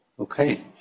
Okay